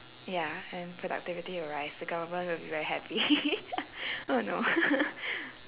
ya and productivity will rise the government will be very happy oh no